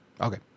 Okay